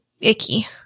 icky